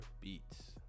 beats